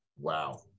Wow